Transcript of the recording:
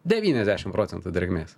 devyniasdešim procentų drėgmės